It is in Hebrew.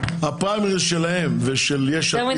כי אנחנו תמיד